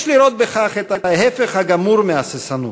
יש לראות בכך את ההפך הגמור מהססנות: